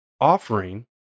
offering